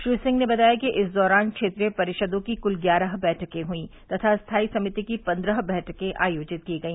श्री सिंह ने बताया कि इस दौरान क्षेत्रीय परिषदों की क्ल ग्यारह बैठकें हुई तथा स्थायी समिति की पन्द्रह बैठक आयोजित की गई